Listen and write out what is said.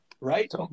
Right